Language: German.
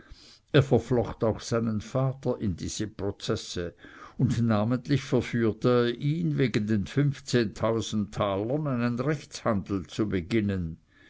er verflocht auch seinen vater in diese prozesse und namentlich verführte er ihn wegen den fünfzehntausend talern einen rechtshandel zu beginnen